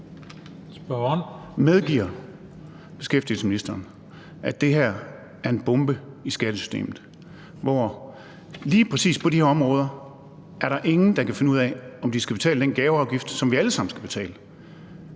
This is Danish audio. Medgiver beskæftigelsesministeren, at det her er en bombe i skattesystemet, hvor der lige præcis på de her områder ikke er nogen, der kan finde ud af, om de skal betale den gaveafgift, som vi alle sammen skal betale?